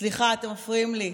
סליחה, אתם מפריעים לי.